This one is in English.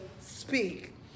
speak